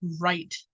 right